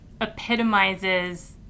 epitomizes